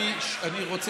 השתכנע.